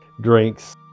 drinks